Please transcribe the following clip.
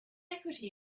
equity